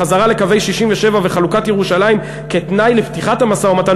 חזרה לקווי 67' וחלוקת ירושלים כתנאי לפתיחת המשא-ומתן,